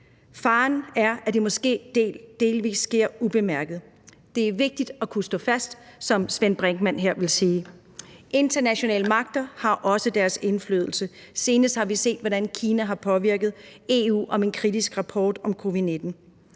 Faren er, at det måske delvis sker ubemærket. Det er vigtigt at kunne stå fast, som Svend Brinkmann her ville sige. Internationale magter har også deres indflydelse. Senest har vi set, hvordan Kina har påvirket EU i forbindelse med en kritisk rapport om covid-19.